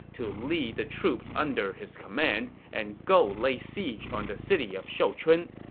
to lead the troops under his command and go lay siege on the city of shouchun.